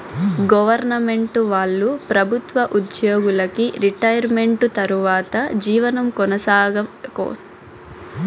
government వాళ్ళు ప్రభుత్వ ఉద్యోగులకి రిటైర్మెంటు తర్వాత జీవనం కోసం ఒక్కపుడు పింఛన్లు ఇచ్చేవాళ్ళు